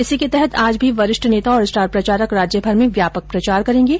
इसी के तहत आज भी वरिष्ठ नेता और स्टार प्रचारक राज्यभर में व्यापक प्रचार करेंगे